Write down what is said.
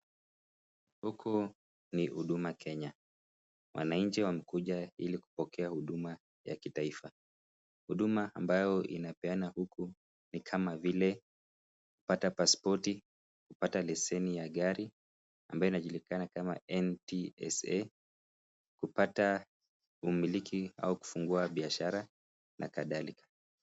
Huku ni huduma Kenya wanainchi wamekuja ili kupokea huduma ya kitaifa. Huduma ambayo inapeana huku ni kama vile pata passpoti, pata leseni ya gari ambayo inajulikana kama NTSA, kupata umiliki ay kufungua biashara na kadhalika.